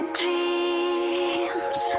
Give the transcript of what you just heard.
dreams